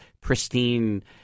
pristine